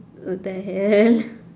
what the hell